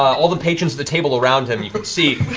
all the patrons at the table around him, you can see,